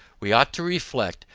we ought to reflect,